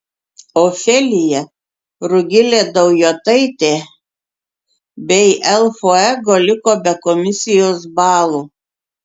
ofelija rugilė daujotaitė bei el fuego liko be komisijos balų